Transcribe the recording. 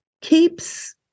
keeps